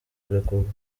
kurekurwa